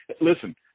Listen